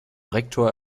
rektor